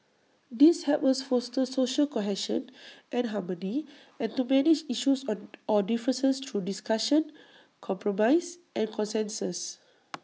these help us foster social cohesion and harmony and to manage issues or or differences through discussion compromise and consensus